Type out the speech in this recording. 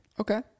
Okay